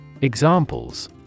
Examples